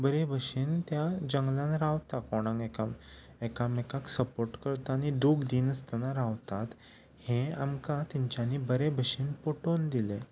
बरें भशेन त्या जंगलान रावता कोणाक एका एकामेकांक सपोट करता आनी दूख दिनासतना रावतात हें आमकां तेंच्यांनी बरें भशेन पटोवन दिलें